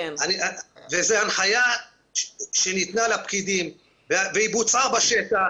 זה הנחיה שניתנה לפקידים והיא בוצעה בשטח.